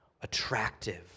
attractive